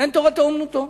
אין תורתו אומנותו,